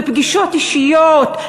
בפגישות אישיות.